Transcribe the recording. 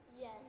Yes